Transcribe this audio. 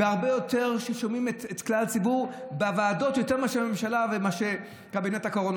ושם הרבה יותר שומעים את כלל הציבור מאשר בממשלה ובקבינט הקורונה,